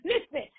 listen